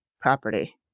property